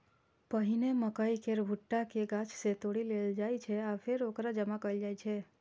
पहिने मकइ केर भुट्टा कें गाछ सं तोड़ि लेल जाइ छै आ फेर ओकरा जमा कैल जाइ छै